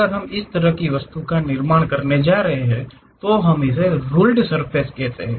अगर हम इस तरह की वस्तु का निर्माण करने जा रहे हैं जिसे हम रुल्ड सर्फ़ेस कहते हैं